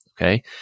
Okay